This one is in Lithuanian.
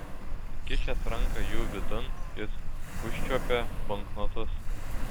įkišęs ranką jų vidun jis užčiuopė banknotus